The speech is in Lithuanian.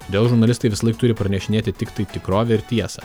dėl žurnalistai visąlaik turi pranešinėti tiktai tikrovę ir tiesą